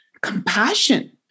compassion